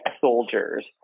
soldiers